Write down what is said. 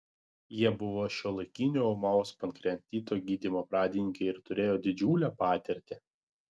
jie buvo šiuolaikinio ūmaus pankreatito gydymo pradininkai ir turėjo didžiulę patirtį